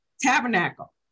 tabernacle